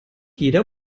jeder